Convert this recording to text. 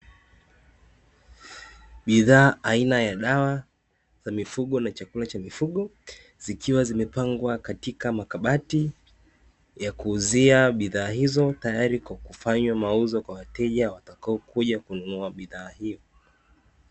Bidhaa aina ya dawa za mifugo na chakula cha mifugo zikiwa zimepangwa katika makabati ya kuuzia bidhaa, hizo tayari kwa kufanya mauzo kwa wateja watakao kuja kununua bidhaa hiyo.